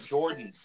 Jordan